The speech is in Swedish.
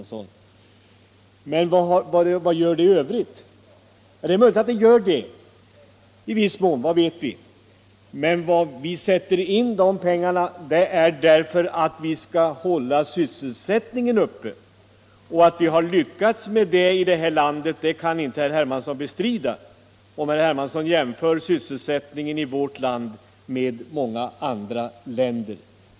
Skälet till att vi sätter in de här stödåtgärderna är att vi vill hålla sysselsättningen uppe. Att vi har lyckats därmed kan inte herr Hermansson bestrida, om han jämför sysselsättningen i vårt land med den i många andra länder.